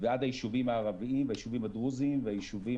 ועד היישובים הערבים והיישובים הדרוזים והיישובים